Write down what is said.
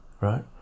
right